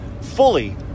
fully